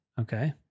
okay